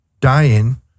dying